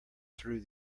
through